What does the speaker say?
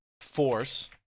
Force